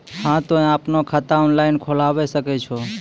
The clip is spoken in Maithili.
हाँ तोय आपनो खाता ऑनलाइन खोलावे सकै छौ?